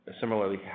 similarly